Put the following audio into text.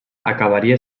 acabaria